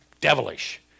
devilish